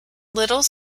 little